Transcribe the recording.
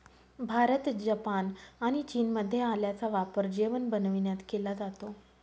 Bharat, Japan आणि चीनमध्ये आल्याचा वापर जेवण बनविण्यात केला जातो